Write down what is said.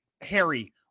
Harry